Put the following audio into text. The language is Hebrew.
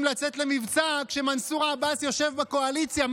לצאת למבצע כשמנסור עבאס יושב בקואליציה.